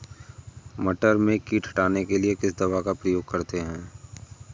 मटर में कीट हटाने के लिए किस दवा का प्रयोग करते हैं?